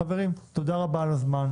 חברים, תודה רבה על הזמן.